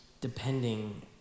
depending